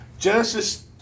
Genesis